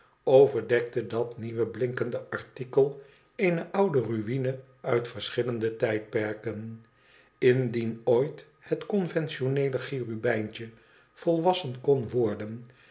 overdekte dat nieuwe blinkende artikel ene oude ruïne uit verschillende tijdperken indien ooit het conventioneele cherubijntje volwassen kon worden